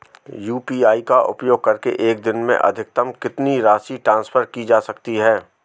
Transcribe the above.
UPI का उपयोग करके एक दिन में अधिकतम कितनी राशि ट्रांसफर की जा सकती है?